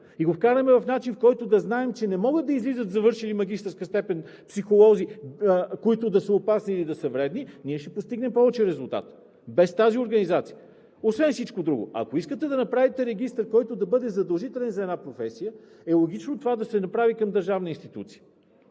и го вкараме в начин, в който да знаем, че не могат да излизат психолози, завършили магистърска степен, които да са опасни или да са вредни, ние ще постигнем повече резултати без тази организация. Освен всичко друго, ако искате да направите регистър, който да бъде задължителен за една професия, е логично това да се направи към държавна институция,